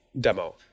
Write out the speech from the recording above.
demo